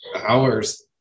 hours